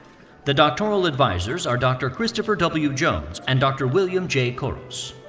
the doctoral advisors are dr. christopher w. jones and dr. william j. koros.